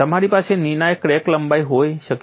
તમારી પાસે નિર્ણાયક ક્રેક લંબાઈ હોઈ શકે છે